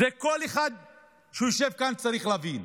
זה כל אחד שיושב כאן צריך להבין.